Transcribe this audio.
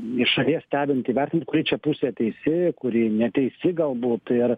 iš šalies stebint įvertint kuri čia pusė teisi kuri neteisi galbūt ir